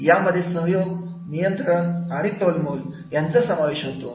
यामध्ये सहयोग नियंत्रण आणि तोलमोल यांचा समावेश होतो